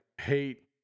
hate